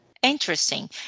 Interesting